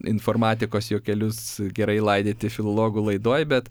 informatikos juokelius gerai laidyti filologų laidoj bet